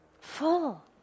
full